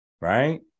Right